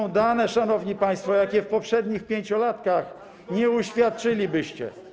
To są dane, szanowni państwo, jakich w poprzednich pięciolatkach nie uświadczylibyście.